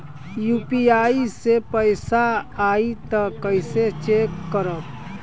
UPI से पैसा आई त कइसे चेक खरब?